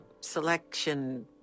selection